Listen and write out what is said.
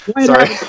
Sorry